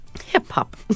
Hip-hop